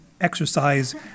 exercise